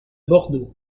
bordeaux